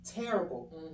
terrible